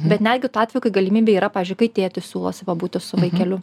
bet netgi tuo atveju kai galimybė yra pavyzdžiui kai tėtis siūlosi pabūti su vaikeliu